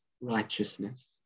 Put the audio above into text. righteousness